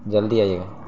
جلدی آئیے گا